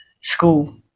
school